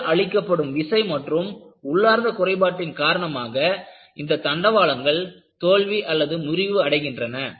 தொடர்ந்து அளிக்கப்படும் விசை மற்றும் உள்ளார்ந்த குறைபாட்டின் காரணமாக இந்த தண்டவாளங்கள் தோல்வி முறிவு அடைகின்றது